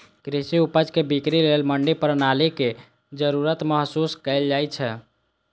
कृषि उपज के बिक्री लेल मंडी प्रणालीक जरूरत महसूस कैल जाइ छै